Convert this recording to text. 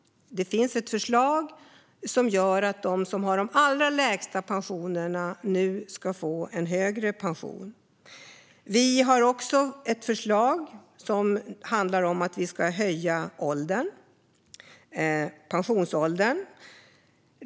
Det finns ett förslag som gör att de som har de allra lägsta pensionerna nu ska få en högre pension. Vi har också ett förslag som handlar om att höja pensionsåldern.